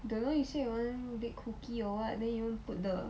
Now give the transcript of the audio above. don't know you say you want bake cookies or what then you want put the